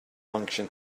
function